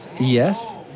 Yes